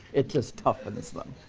it just toughens them.